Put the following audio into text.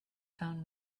found